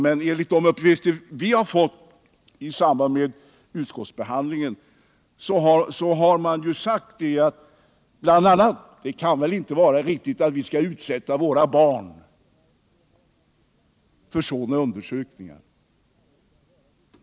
Men enligt de uppgifter vi har fått i samband med utskottsbehandlingen har det bl.a. sagts: Det kan väl inte vara riktigt att vi skall utsätta våra barn för sådana undersökningar!